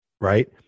Right